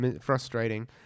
Frustrating